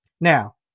Now